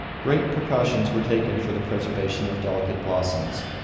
great precautions were taken for the preservation of delicate blossoms.